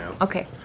okay